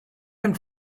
and